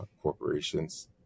corporations